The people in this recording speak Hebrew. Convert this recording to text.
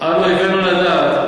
על אויבינו לדעת,